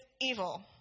evil